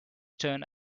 turn